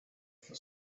for